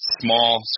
small